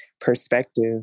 perspective